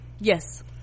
yes